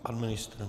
Pan ministr?